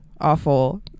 awful